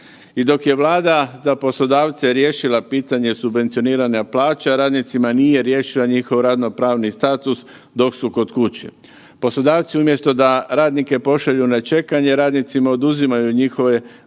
I dok je Vlada za poslodavce riješila pitanje subvencioniranja plaća radnicima nije riješila njihov radno-pravni status dok su kod kuće. Poslodavci umjesto da radnike pošalju na čekanje, radnicima oduzimaju njihove